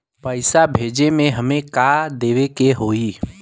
पैसा भेजे में हमे का का देवे के होई?